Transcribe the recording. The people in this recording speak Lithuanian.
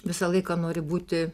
visą laiką nori būti